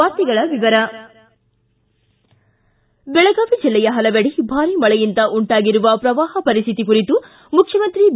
ವಾರ್ತೆಗಳ ವಿವಿರ ಬೆಳಗಾವಿ ಜೆಲ್ಲೆಯ ಹಲವೆಡೆ ಭಾರೀ ಮಳೆಯಿಂದ ಉಂಟಾಗಿರುವ ಪ್ರವಾಹ ಪರಿಸ್ಟಿತಿ ಕುರಿತು ಮುಖ್ಯಮಂತ್ರಿ ಬಿ